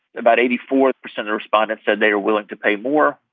about eighty four percent of respondents said they are willing to pay more.